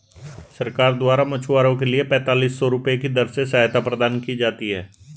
सरकार द्वारा मछुआरों के लिए पेंतालिस सौ रुपये की दर से सहायता प्रदान की जाती है